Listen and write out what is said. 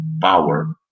power